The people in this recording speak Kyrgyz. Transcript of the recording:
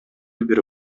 бир